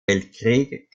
weltkrieg